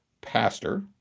pastor